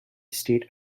state